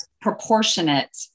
proportionate